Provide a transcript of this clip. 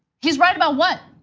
he's right about what?